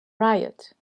riot